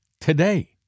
today